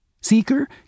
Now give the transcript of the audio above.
Seeker